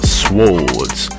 swords